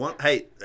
Hey